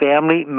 Family